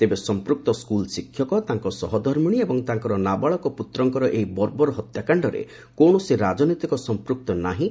ତେବେ ସଂପୃକ୍ତ ସ୍କୁଲ୍ ଶିକ୍ଷକ ତାଙ୍କ ସହଧର୍ମିଣୀ ଏବଂ ତାଙ୍କର ନାବାଳକ ପୁତ୍ରଙ୍କର ଏହି ବର୍ବର ହତ୍ୟାକାଣ୍ଡରେ କୌଣସି ରାଜନୈତିକ ସଂପୃକ୍ତ ନାହିଁ